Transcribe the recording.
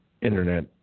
internet